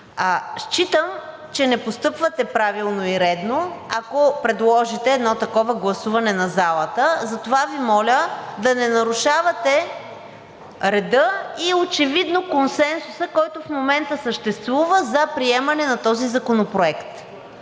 Считам, че не постъпвате правилно и редно, ако предложите едно такова гласуване на залата. Затова Ви моля да не нарушавате реда и очевидно консенсуса, който в момента съществува за приемане на този законопроект.